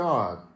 God